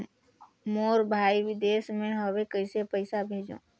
मोर भाई विदेश मे हवे कइसे पईसा भेजो?